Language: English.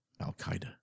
Al-Qaeda